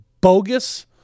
bogus